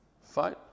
fine